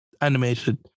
animated